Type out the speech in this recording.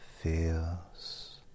feels